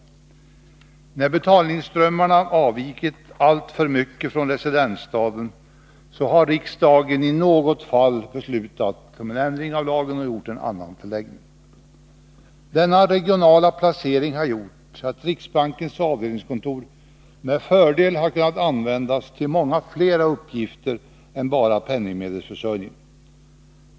När betalningsströmmarna avvikit alltför mycket från residensstaden har riksdagen i något fall, med ändring av lagen, beslutat om annan förläggning. Denna regionala placering har gjort att riksbankens avdelningskontor med fördel har kunnat användas till många flera uppgifter än bara penningmedelsförsörjningen.